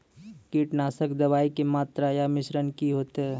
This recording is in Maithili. कीटनासक दवाई के मात्रा या मिश्रण की हेते?